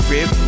Rip